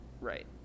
Right